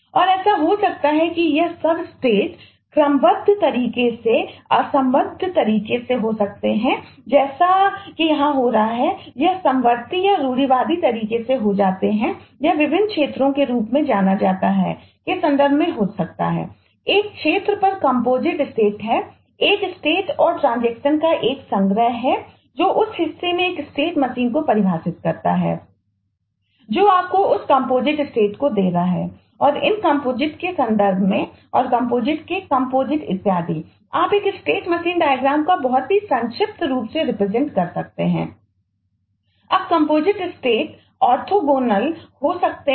और ऐसा हो सकता है कि ये सब स्टेट कर सकते हैं